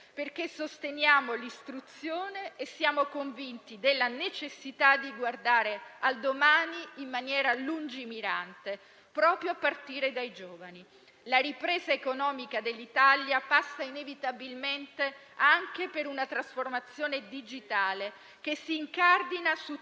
perché sosteniamo l'istruzione e siamo convinti della necessità di guardare al domani in maniera lungimirante, proprio a partire dai giovani. La ripresa economica dell'Italia passa inevitabilmente anche per una trasformazione digitale che si incardina su